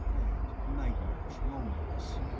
and nightmarish loneliness.